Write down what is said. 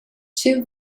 two